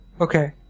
Okay